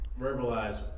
verbalize